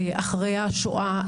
אחרי השואה,